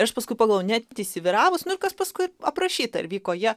ir aš paskui pagalvojau net įsivyravus nu ir kas paskui aprašyta ir vyko jie